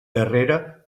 darrere